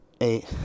eight